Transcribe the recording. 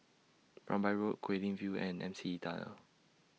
Rambai Road Guilin View and M C E Tunnel